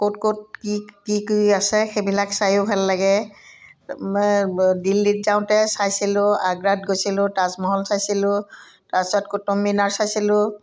ক'ত ক'ত কি কি কি আছে সেইবিলাক চায়ো ভাল লাগে দিল্লীত যাওঁতে চাইছিলোঁ আগ্ৰাত গৈছিলোঁ তাজমহল চাইছিলোঁ তাৰপিছত কুটুবমিনাৰ চাইছিলোঁ